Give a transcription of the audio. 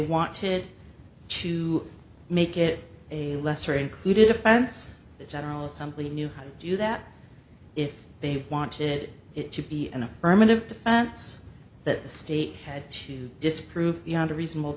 to to make it a lesser included offense the general assembly knew how to do that if they wanted it to be an affirmative defense that the state had to disprove beyond a reasonable